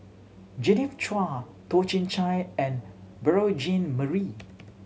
Genevieve Chua Toh Chin Chye and Beurel Jean Marie